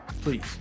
please